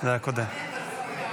מצביעים על הסתייגות 9 כעת.